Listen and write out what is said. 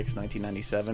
1997